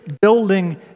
building